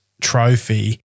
trophy